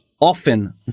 often